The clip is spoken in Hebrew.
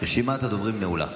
רשימת הדוברים נעולה.